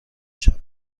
شود